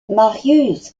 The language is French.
marius